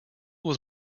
was